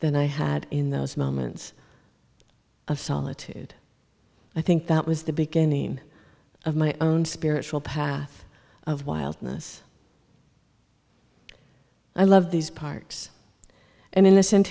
than i had in those moments of solitude i think that was the beginning of my own spiritual path of wildness i love these parks and in